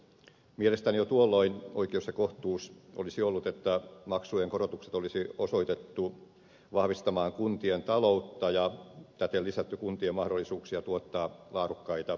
mielestäni jo tuolloin oikeus ja kohtuus olisi ollut että maksujen korotukset olisi osoitettu vahvistamaan kuntien taloutta ja täten lisätty kuntien mahdollisuuksia tuottaa laadukkaita terveydenhuoltopalveluja